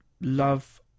love